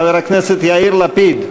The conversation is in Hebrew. חבר הכנסת יאיר לפיד,